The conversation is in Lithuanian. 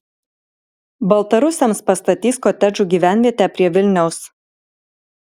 baltarusiams pastatys kotedžų gyvenvietę prie vilniaus